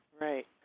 Right